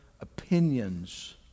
opinions